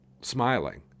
smiling